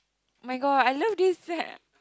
oh-my-god I love this eh